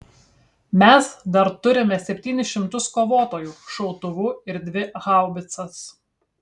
mes dar turime septynis šimtus kovotojų šautuvų ir dvi haubicas